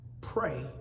Pray